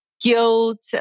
guilt